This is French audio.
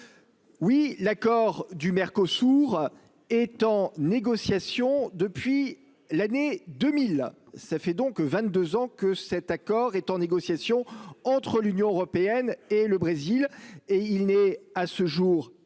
Oui, l'accord du Mercosur. Est en négociations depuis l'année 2000, ça fait donc 22 ans que cet accord est en négociation entre l'Union européenne et le Brésil. Et il n'est à ce jour ni